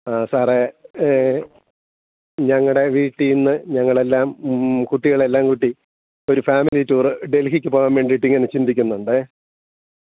ആ സാറേ ഞങ്ങളുടെ വീട്ടിൽ നിന്ന് ഞങ്ങളെല്ലാം കുട്ടികളെല്ലാം കൂട്ടി ഒരു ഫാമിലി ടൂർ ഡെൽഹിക്ക് പോകാൻ വേണ്ടിയിട്ടിങ്ങനെ ചിന്തിക്കുന്നുണ്ടേ